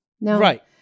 Right